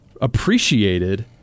appreciated